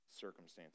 circumstances